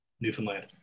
Newfoundland